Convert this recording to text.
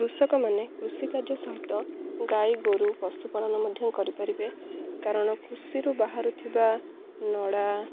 କୃଷକମାନେ କୃଷିିକାର୍ଯ୍ୟ ସହିତ ଗାଈ ଗୋରୁ ପଶୁପାଳନ ମଧ୍ୟ କରିପାରିବେ କାରଣ କୃଷିରୁ ବାହାରୁଥିବା ନଡ଼ା